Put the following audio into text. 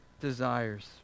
desires